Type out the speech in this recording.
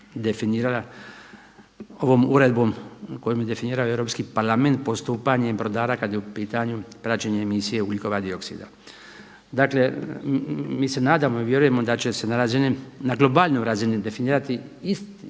definirala ovom Uredbom, kojom je definirao Europski parlament postupanje brodara kad je u pitanju praćenje emisije ugljikova dioksida. Dakle, mi se nadamo i vjerujemo da će se na razini, na globalnoj razini definirati